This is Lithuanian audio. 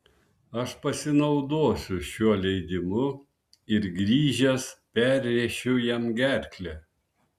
aš pasinaudosiu šiuo leidimu ir grįžęs perrėšiu jam gerklę